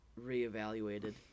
reevaluated